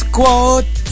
quote